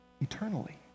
eternally